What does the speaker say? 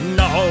no